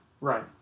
Right